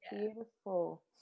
beautiful